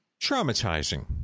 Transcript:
Traumatizing